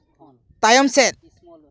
ᱛᱟᱭᱚᱢ ᱥᱮᱫ